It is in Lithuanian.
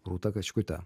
rūta kačkute